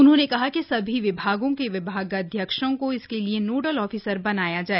उन्होंने कहा कि सभी विभागों के विभागाध्यक्षों को इसके लिए नोडल ऑफिसर बनाया जाय